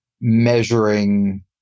Measuring